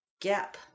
gap